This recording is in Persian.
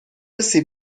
سیب